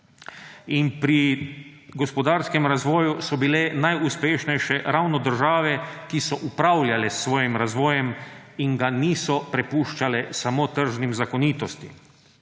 pri gospodarskem razvoju so bile najuspešnejše ravno države, ki so upravljale s svojim razvojem in ga niso prepuščale samo tržnim zakonitostim.